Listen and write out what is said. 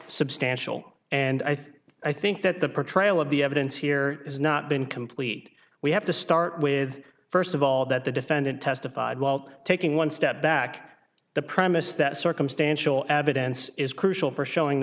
substantial and i think i think that the portrayal of the evidence here has not been complete we have to start with first of all that the defendant testified walt taking one step back the premise that circumstantial evidence is crucial for showing